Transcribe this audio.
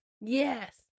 Yes